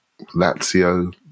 Lazio